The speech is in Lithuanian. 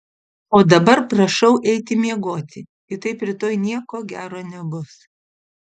o dabar prašau eiti miegoti kitaip rytoj nieko gero nebus